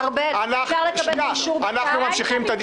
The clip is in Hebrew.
ארבל, אפשר לקבל את האישור בכתב?